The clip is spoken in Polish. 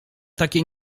takie